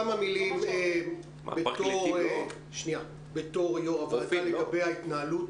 כמה מילים בתור יושב-ראש הוועדה לגבי ההתנהלות.